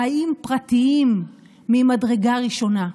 חיים פרטיים ממדרגה ראשונה.